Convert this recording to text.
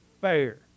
fair